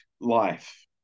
life